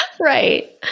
Right